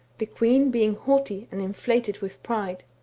the queen being haughty and inflated with pride.